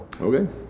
Okay